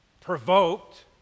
provoked